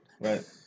Right